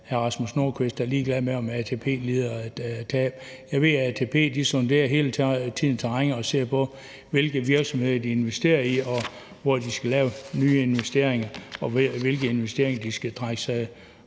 det uden at sige, at han er ligeglad med, om ATP lider et tab. Jeg ved, at ATP hele tiden sonderer terrænet og ser på, hvilke virksomheder de investerer i, hvor de skal lave nye investeringer, og hvilke investeringer de skal trække sig